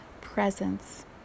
presence